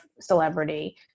celebrity